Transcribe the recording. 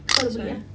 sorry